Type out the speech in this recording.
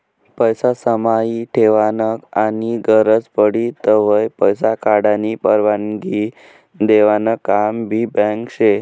पैसा समाई ठेवानं आनी गरज पडी तव्हय पैसा काढानी परवानगी देवानं काम भी बँक शे